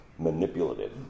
manipulative